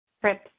trips